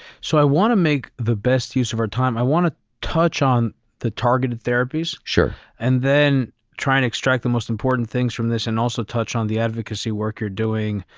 so i want to make the best use of our time. i want to touch on the targeted therapies and then try and extract the most important things from this. and also touch on the advocacy work you're doing,